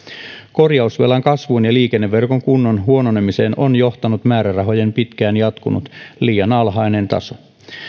korjausvelan kasvuun ja liikenneverkon kunnon huononemiseen on johtanut määrärahojen pitkään jatkunut liian alhainen taso